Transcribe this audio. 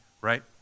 right